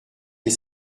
les